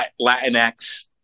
Latinx